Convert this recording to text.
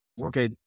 okay